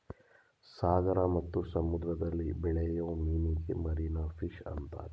ಸಾಗರ ಮತ್ತು ಸಮುದ್ರದಲ್ಲಿ ಬೆಳೆಯೂ ಮೀನಿಗೆ ಮಾರೀನ ಫಿಷ್ ಅಂತರೆ